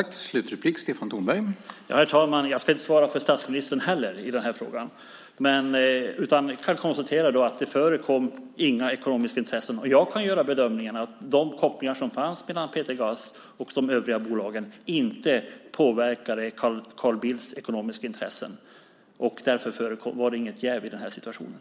Herr talman! Jag ska inte svara för statsministern heller i den här frågan. Jag kan konstatera att det inte förekom några ekonomiska intressen. Jag kan göra bedömningen att de kopplingar som fanns mellan Peter Gaz och de övriga bolagen inte påverkade Carl Bildts ekonomiska intressen. Därför var det inget jäv i den här situationen.